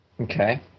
Okay